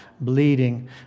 bleeding